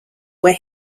where